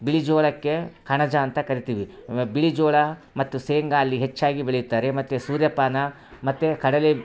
ಬಿಳಿ ಜೋಳಕ್ಕೆ ಕಣಜ ಅಂತ ಕರೀತೀವಿ ಬಿಳಿ ಜೋಳ ಮತ್ತು ಶೇಂಗಾ ಅಲ್ಲಿ ಹೆಚ್ಚಾಗಿ ಬೆಳೆಯುತ್ತಾರೆ ಮತ್ತು ಸೂರ್ಯಪಾನ ಮತ್ತು ಕಡಲೆ